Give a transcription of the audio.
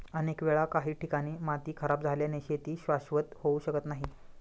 अनेक वेळा काही ठिकाणी माती खराब झाल्याने शेती शाश्वत होऊ शकत नाही